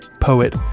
poet